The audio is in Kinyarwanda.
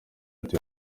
ati